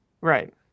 Right